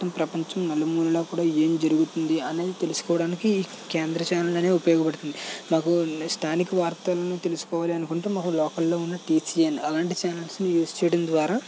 మొత్తం ప్రపంచం నలుమూలల కూడా ఏం జరుగుతుంది అని తెలుసుకోడానికి కేంద్ర ఛానెల్ అనేది ఉపయోగపడుతుంది మాకు స్థానిక వార్తలను తెలుసుకోవాలి అనుకుంటే మాకు లోకల్లో ఉన్న టిసిఎన్ అలాంటి ఛానల్స్ని యూజ్ చెయ్యడం ద్వారా